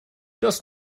das